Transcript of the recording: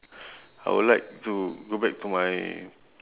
I would like to go back to my